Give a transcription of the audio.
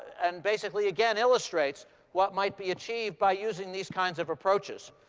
and basically again illustrates what might be achieved by using these kinds of approaches.